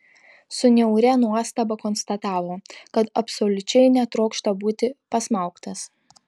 su niauria nuostaba konstatavo kad absoliučiai netrokšta būti pasmaugtas